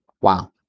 Wow